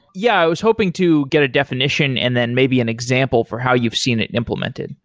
yeah. i was hoping to get a definition and then maybe an example for how you've seen it implemented.